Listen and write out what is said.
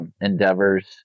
endeavors